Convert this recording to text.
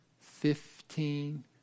fifteen